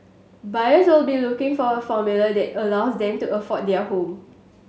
buyers will be looking for a formula that allows them to afford their home